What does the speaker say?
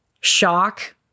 shock